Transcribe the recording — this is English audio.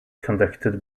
conducted